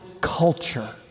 culture